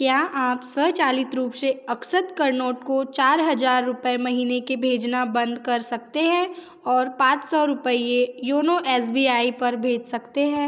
क्या आप स्वचालित रूप से अक्षत करनोट को चार हज़ार रुपय महीने के भेजना बंद कर सकते हैं और पाँच सौ रुपये योनो ऐस बी आई पर भेज सकते हैं